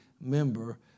member